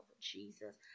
Jesus